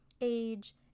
age